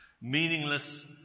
Meaningless